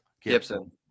Gibson